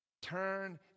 Turn